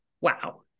wow